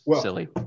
silly